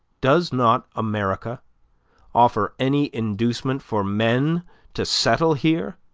does not america offer any inducement for men to settle here?